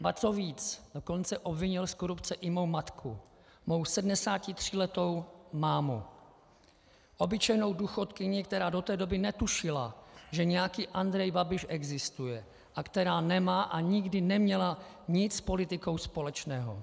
Ba co víc, dokonce obvinil z korupce i mou matku, mou 73letou mámu, obyčejnou důchodkyni, která do té doby netušila, že nějaký Andrej Babiš existuje, a která nemá a nikdy neměla nic s politikou společného.